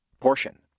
portion